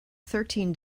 thirteen